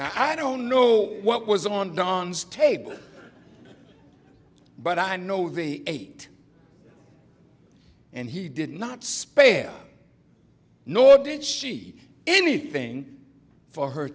i don't know what was on don's table but i know the eight and he did not spare nor did she anything for her